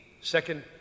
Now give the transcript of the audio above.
second